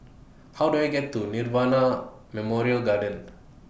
How Do I get to Nirvana Memorial Garden